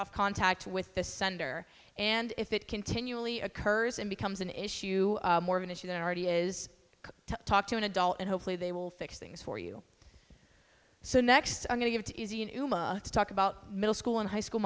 off contact with the sender and if it continually occurs it becomes an issue more of an issue than already is to talk to an adult and hopefully they will fix things for you so next i'm going to have to talk about middle school and high school